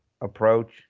approach